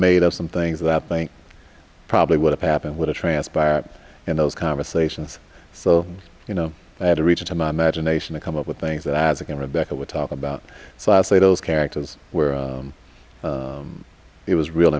made up some things that i think probably would have happened would have transpired in those conversations so you know i had to reach into my imagination to come up with things that isaac and rebecca would talk about so i'd say those characters were it was real